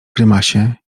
grymasie